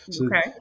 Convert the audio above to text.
Okay